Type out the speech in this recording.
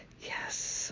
Yes